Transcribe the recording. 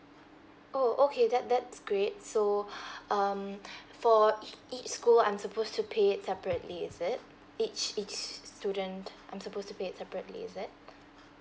oh okay that that's great so um for eac~ each school I'm supposed to pay it separately is it each each student I'm supposed to pay it separately is it